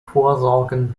vorsorgen